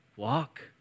Walk